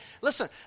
listen